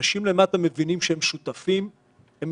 כשאנשים למטה מבינים שהם שותפים הם